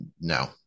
no